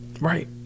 Right